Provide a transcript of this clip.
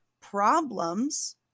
problems